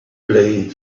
blue